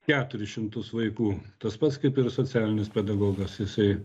keturis šimtus vaikų tas pats kaip ir socialinis pedagogas jisai